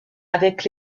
avec